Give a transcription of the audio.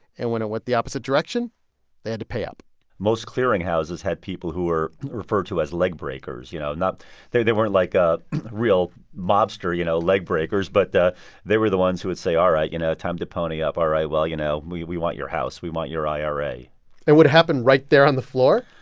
and when it went the opposite direction they had to pay up most clearinghouses had people who were referred to as leg breakers. you know, not they weren't like a real mobster, you know, leg breakers but they were the ones who would say, all right, you know, time to pony up. all right, well, you know, we we want your house. we want your ira. it would happen right there on the floor?